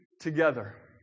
together